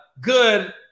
good